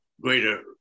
greater